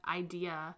idea